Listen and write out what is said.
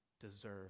deserve